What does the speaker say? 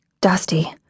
Dusty